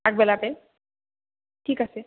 আগবেলাতে ঠিক আছে